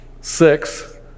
six